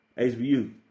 HBU